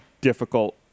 difficult